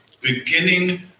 beginning